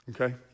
okay